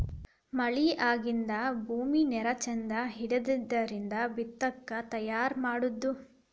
ಮಳಿ ಆಗಿಂದ ಭೂಮಿ ನೇರ ಚಂದ ಹಿಡದಿಂದ ಬಿತ್ತಾಕ ತಯಾರ ಮಾಡುದು